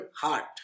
heart